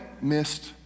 missed